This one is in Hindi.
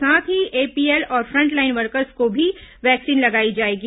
साथ ही एपीएल और फंटलाइन वर्कर्स को भी वैक्सीन लगाई जाएगी